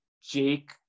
jake